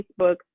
Facebook